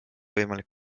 võimalik